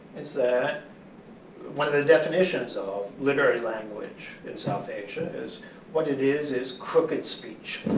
it's that one of the definitions of literary language in south asia is what it is is crooked speech